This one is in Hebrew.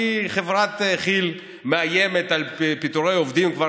כי חברת כיל מאיימת בפיטורי עובדים כבר,